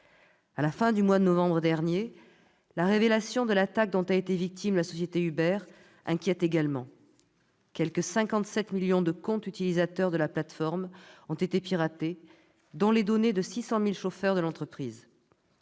À la fin du mois de novembre dernier, la révélation de l'attaque dont a été victime la société Uber inquiète également : quelque 57 millions de comptes utilisateurs de la plateforme ont été piratés, dont les données de 600 000 chauffeurs de l'entreprise.